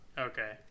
Okay